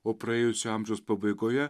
o praėjusio amžiaus pabaigoje